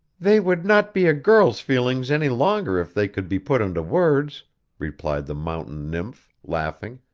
they would not be a girl's feelings any longer if they could be put into words replied the mountain nymph, laughing,